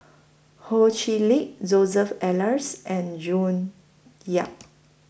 Ho Chee Lick Joseph Elias and June Yap